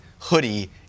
hoodie